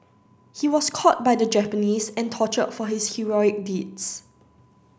he was caught by the Japanese and tortured for his heroic deeds